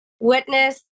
witness